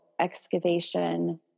excavation